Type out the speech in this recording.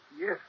Yes